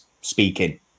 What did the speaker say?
speaking